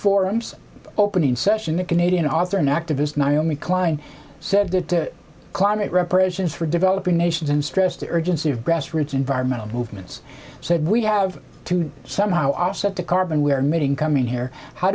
forums opening session a canadian author and activist miami klein said the climate reparations for developing nations and stressed the urgency of grassroots environmental movements said we have to somehow offset the carbon we are meeting coming here how